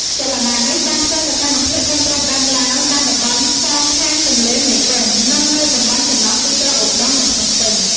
ចលនានេះបានធ្វើសកម្មភាពនៅព្រំដែនឡាវ តាមតំបន់សងខាងទន្លេមេគង្គ និងនៅតំបន់ចន្លោះទីក្រុងឧដុង្គ និងភ្នំពេញ។